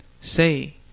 say